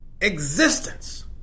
existence